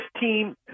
team